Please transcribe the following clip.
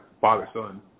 father-son